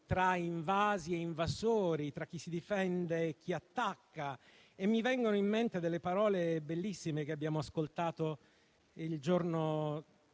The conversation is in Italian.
tra invasi e invasori, tra chi si difende e chi attacca. Mi vengono in mente le parole bellissime che abbiamo ascoltato la sera